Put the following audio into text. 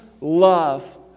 love